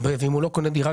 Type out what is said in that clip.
ואם הוא לא קונה דירה,